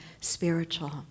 spiritual